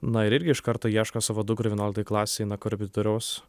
na ir irgi iš karto ieško savo dukrai vienuoliktoj klasėj na korepetitoriaus